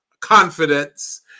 confidence